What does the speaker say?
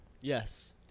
Yes